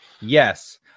yes